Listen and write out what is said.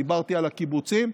דיברתי על הקיבוצים,